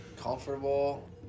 comfortable